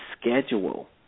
schedule